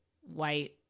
white